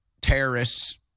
terrorists